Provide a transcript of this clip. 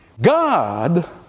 God